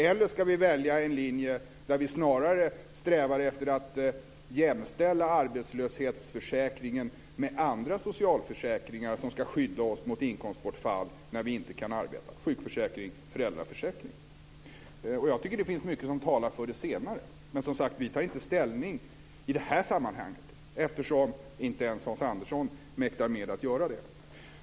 Eller ska vi välja en linje där vi snarare strävar efter att jämställa arbetslöshetsförsäkringen med andra socialförsäkringar som ska skydda oss mot inkomstbortfall när vi inte kan arbeta - sjukförsäkring, föräldraförsäkring osv.? Jag tycker att det finns mycket som talar för det senare. Men vi tar som sagt inte ställning i det här sammanhanget, eftersom inte ens Hans Andersson mäktar med att göra det.